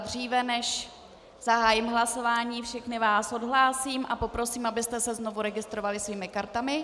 Dříve než zahájím hlasování, všechny vás odhlásím a poprosím, abyste se znovu registrovali svými kartami.